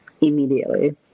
immediately